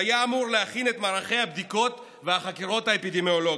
שהיה אמור להכין את מערכי הבדיקות והחקירות האפידמיולוגיות,